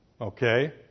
Okay